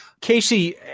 Casey